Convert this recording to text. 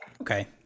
Okay